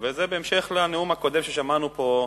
וזה בהמשך לנאום הקודם ששמענו פה,